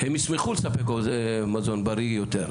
הם ישמחו לספק מזון בריא יותר,